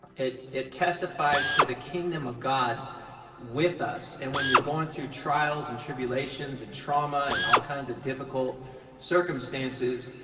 it it testifies to the kingdom of god with us. and when you're going through trials and tribulations and trauma and all kinds of difficult circumstances,